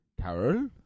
Carol